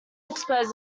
expose